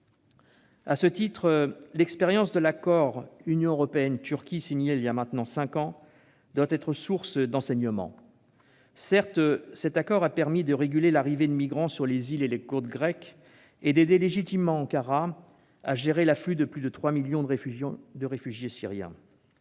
À ce titre, l'expérience de l'accord Union européenne-Turquie, signé voilà maintenant cinq ans, doit être source d'enseignements. Certes, cet accord a permis de réguler l'arrivée de migrants sur les îles et les côtes grecques, et d'aider légitimement Ankara à gérer l'afflux de plus de 3 millions de réfugiés syriens.